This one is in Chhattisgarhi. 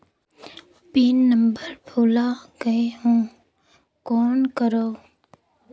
पिन नंबर भुला गयें हो कौन करव?